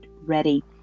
ready